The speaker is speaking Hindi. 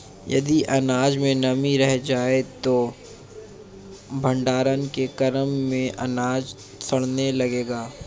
यदि अनाज में नमी रह जाए तो भण्डारण के क्रम में अनाज सड़ने लगेगा